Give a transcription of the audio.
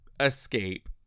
escape